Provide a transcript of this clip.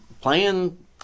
playing